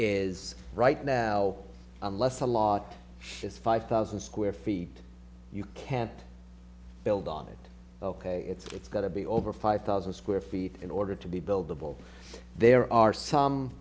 is right now unless a lot is five thousand square feet you can't build on it ok it's got to be over five thousand square feet in order to be buildable there are some